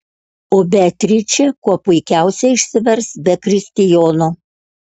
o beatričė kuo puikiausiai išsivers be kristijono